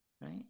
Right